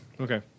Okay